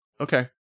Okay